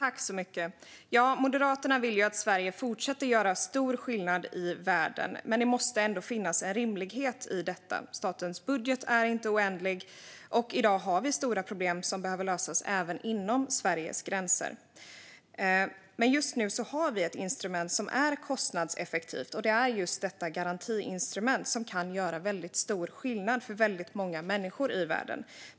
Fru talman! Moderaterna vill att Sverige fortsätter att göra stor skillnad i världen, men det måste finnas en rimlighet i detta. Statens budget är inte oändlig, och i dag har vi stora problem som behöver lösas även inom Sveriges gränser. Just nu har vi ett instrument som är kostnadseffektivt, och det är garantiinstrumentet, som kan göra stor skillnad för många människor i världen.